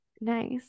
Nice